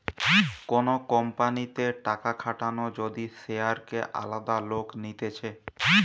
কোন কোম্পানিতে টাকা খাটানো যদি শেয়ারকে আলাদা লোক নিতেছে